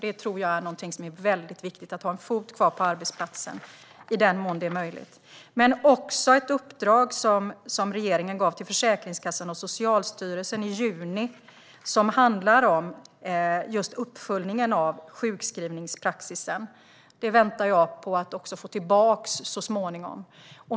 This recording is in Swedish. Att ha en fot kvar på arbetsplatsen i den mån det är möjligt tror jag är väldigt viktigt. Vi har också det uppdrag som regeringen gav till Försäkringskassan och Socialstyrelsen i juni och som handlar om just uppföljningen av sjukskrivningspraxis. Det väntar jag på att få tillbaka så småningom.